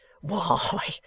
Why